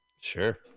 Sure